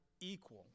equal